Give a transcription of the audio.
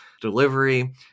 delivery